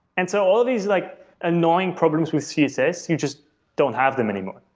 and so all these like annoying problems with css you just don't have them anymore.